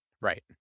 Right